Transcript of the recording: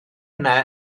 yna